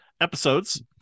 episodes